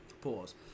Pause